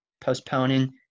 postponing